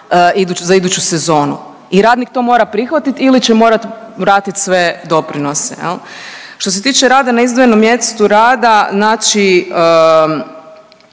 za iduću sezonu. I radnik to mora prihvatiti ili će morati vratiti sve doprinose. Što se tiče rada na izdvojenom mjestu rada, znači